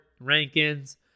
rankings